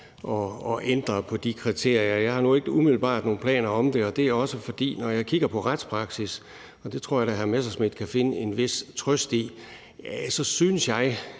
at ændre på de kriterier. Jeg har nu ikke umiddelbart nogen planer om det, og det er også, fordi jeg, når jeg kigger på, hvad der er retspraksis – og der tror jeg da, hr. Morten Messerschmidt kan finde en vis trøst i det, og jeg